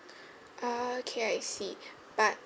ah okay I see but